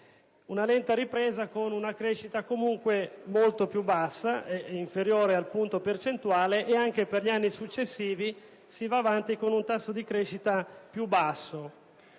una lenta ripresa, con una crescita comunque molto più bassa (inferiore al punto percentuale); anche negli anni successivi si evidenzierà un tasso di crescita più basso.